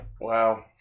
Wow